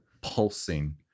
pulsing